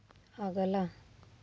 अगला